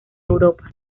europa